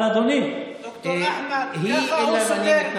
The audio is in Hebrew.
אבל אדוני, ד"ר אחמד, ככה הוא סותר.